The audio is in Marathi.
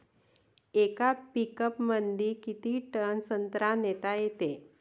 येका पिकअपमंदी किती टन संत्रा नेता येते?